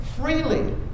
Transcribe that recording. freely